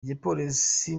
igipolisi